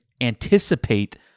anticipate